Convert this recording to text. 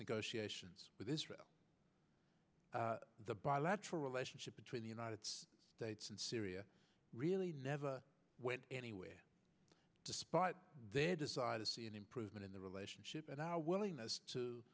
negotiations with israel the bilateral relationship between the united states and syria really never went anywhere despite their desire to see an improvement in the relationship and our willingness to